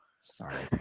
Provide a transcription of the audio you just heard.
Sorry